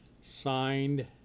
Signed